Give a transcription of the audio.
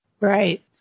Right